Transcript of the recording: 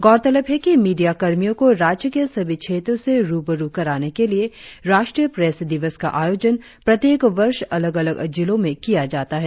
गौरतलब है कि मीडिया कर्मियों को राज्य के सभी क्षेत्रों से रुबरु कराने के लिए राष्ट्रीय प्रेस दिवस का आयोजन प्रत्येक वर्ष अलग अलग जिलों में किया जाता है